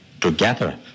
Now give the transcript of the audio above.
together